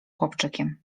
chłopczykiem